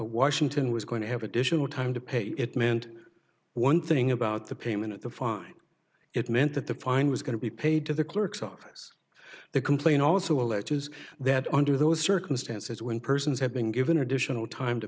washington was going to have additional time to pay it meant one thing about the payment of the fine it meant that the fine was going to be paid to the clerk's office the complaint also alleges that under those circumstances when persons have been given additional time to